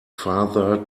father